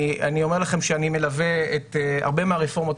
אני אומר לכם שאני מלווה הרבה מהרפורמות